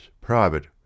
private